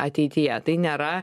ateityje tai nėra